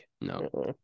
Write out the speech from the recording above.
No